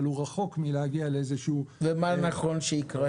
אבל הוא רחוק מלהגיע לאיזשהו --- ומה נכון שיקרה,